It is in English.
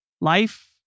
Life